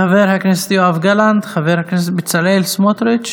חבר הכנסת יואב גלנט, חבר הכנסת בצלאל סמוטריץ'